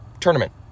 tournament